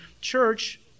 church